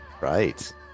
Right